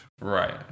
Right